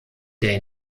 der